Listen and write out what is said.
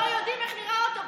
לא יודעים איך נראה אוטובוס.